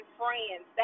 friends